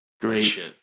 Great